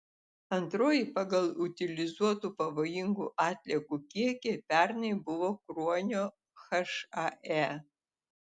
antroji pagal utilizuotų pavojingų atliekų kiekį pernai buvo kruonio hae